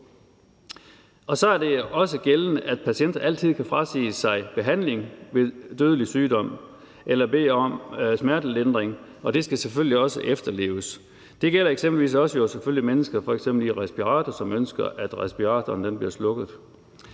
Så er det også gældende, at patienter altid kan frasige sig behandling ved dødelig sygdom eller bede om smertelindring, og det skal selvfølgelig også efterleves. Det gælder eksempelvis også for mennesker, som f.eks. er i respirator, og som ønsker, at respiratoren bliver slukket.